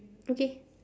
okay